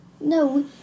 No